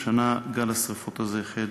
השנה גל השרפות הזה החל